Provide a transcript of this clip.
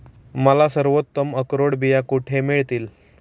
मला सर्वोत्तम अक्रोड बिया कुठे मिळतील